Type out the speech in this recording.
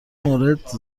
مورد